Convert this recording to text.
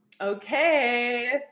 Okay